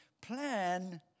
plan